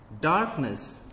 darkness